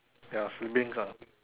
ya siblings ah